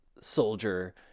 soldier